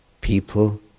People